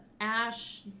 Ash